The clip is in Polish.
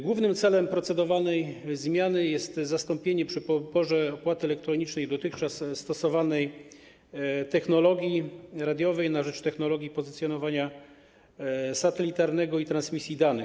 Głównym celem procedowanej zmiany jest zastąpienie przy poborze opłaty elektronicznej dotychczas stosowanej technologii radiowej na rzecz technologii pozycjonowania satelitarnego i transmisji danych.